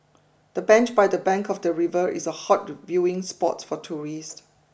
the bench by the bank of the river is a hot viewing spot for tourists